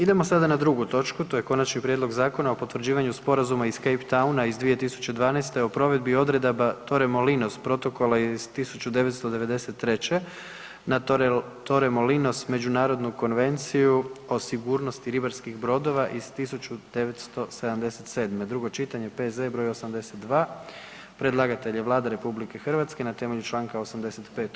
Idemo sada na drugu točku, to je: - Konačni prijedlog Zakona o potvrđivanju Sporazuma iz Cape Towna iz 2012. o provedbi odredaba Torremolinos protokola iz 1993. na Torremolinos međunarodnu konvenciju o sigurnosti ribarskih brodova iz 1977., drugo čitanje, P.Z. broj 82 Predlagatelj je Vlada RH na temelju Članka 85.